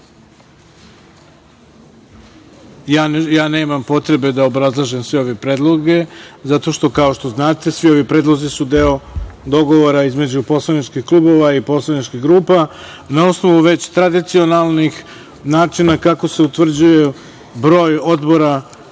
ja nemam potrebe da obrazlažem sve ove predloge zato što, kao što znate, svi ovi predlozi su deo dogovora između poslaničkih klubova i poslaničkih grupa. Na osnovu već tradicionalnih načina kako se utvrđuje broj odbora